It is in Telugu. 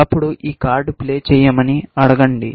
అప్పుడు ఈ కార్డు ప్లే చేయమని అడగండి